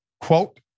Quote